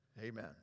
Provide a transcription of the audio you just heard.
Amen